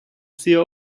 sia